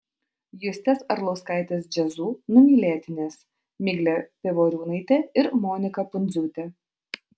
justės arlauskaitės jazzu numylėtinės miglė pivoriūnaitė ir monika pundziūtė